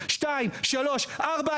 בואו ניתן לכולם לפחות.